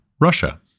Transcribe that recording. Russia